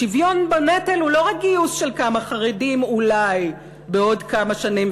שוויון בנטל הוא לא רק גיוס של כמה חרדים אולי בעוד כמה שנים,